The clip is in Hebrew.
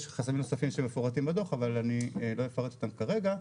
יש חסמים נוספים שמפורטים בדו"ח אבל אני לא אפרט אותם כרגע,